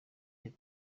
that